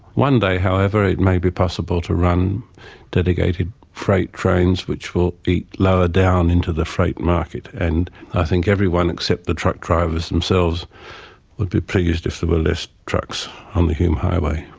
one day however it may be possible to run dedicated freight trains which will eat lower down into the freight market, and i think everyone except the truck drivers themselves would be pleased if there were less trucks on the hume highway.